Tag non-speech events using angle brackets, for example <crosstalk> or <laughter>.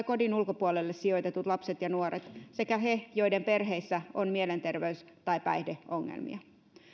<unintelligible> kodin ulkopuolelle sijoitetut lapset ja nuoret sekä he joiden perheissä on mielenterveys tai päihdeongelmia